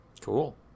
cool